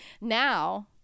Now